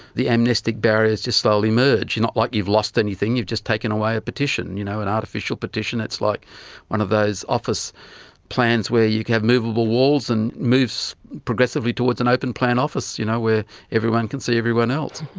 the amnestic barriers just slowly merge. it's not like you've lost anything, you've just taken away you know an artificial partition it's like one of those office plans where you can have movable walls and move so progressively towards an open plan office you know where everyone can see everyone else.